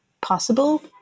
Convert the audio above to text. possible